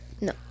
No